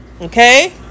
Okay